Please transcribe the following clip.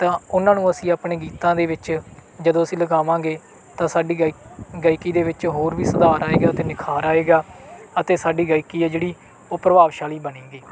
ਤਾਂ ਉਹਨਾਂ ਨੂੰ ਅਸੀਂ ਆਪਣੇ ਗੀਤਾਂ ਦੇ ਵਿੱਚ ਜਦੋਂ ਅਸੀਂ ਲਗਾਵਾਂਗੇ ਤਾਂ ਸਾਡੀ ਗਾਇ ਗਾਇਕੀ ਦੇ ਵਿੱਚ ਹੋਰ ਵੀ ਸੁਧਾਰ ਆਏਗਾ ਅਤੇ ਨਿਖਾਰ ਆਏਗਾ ਅਤੇ ਸਾਡੀ ਗਾਈਕੀ ਹੈ ਜਿਹੜੀ ਉਹ ਪ੍ਰਭਾਵਸ਼ਾਲੀ ਬਣੇਗੀ